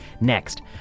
Next